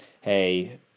hey